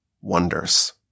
wonders